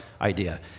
idea